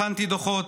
הכנתי דוחות.